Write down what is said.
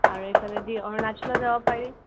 আৰু এইফালেদি অৰুণাচলো যাব পাৰি